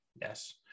Yes